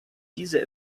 diese